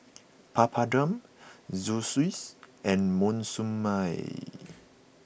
Papadum Zosui and Monsunabe